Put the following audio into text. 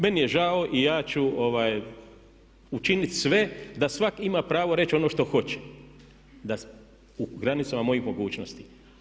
Meni je žao i ja ću učiniti sve da svak' ima pravo reći ono što hoće, u granicama mojih mogućnosti.